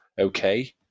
okay